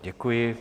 Děkuji.